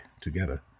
together